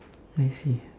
I see